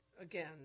again